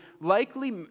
likely